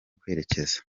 kwerekeza